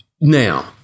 Now